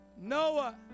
Noah